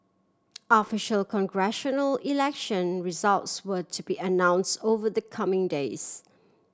official congressional election results were to be announce over the coming days